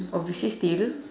obviously steal